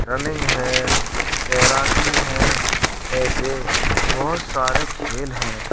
running है तैराकी हैं ऐसे बहुत सारे खेल हैं